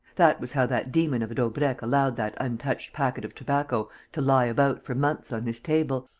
that was how that demon of a daubrecq allowed that untouched packet of tobacco to lie about for months on his table,